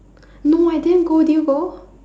no I didn't go did you go